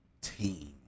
team